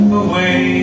away